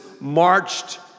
marched